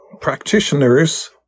practitioners